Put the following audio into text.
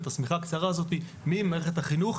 את השמיכה הקצרה הזאת ממערכת החינוך,